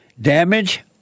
damage